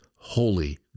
holy